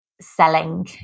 selling